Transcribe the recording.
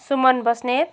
Suman Basnet